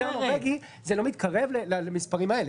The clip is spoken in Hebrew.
הנורבגי זה לא מתקרב למספרים האלה.